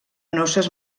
noces